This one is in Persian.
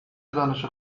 دانش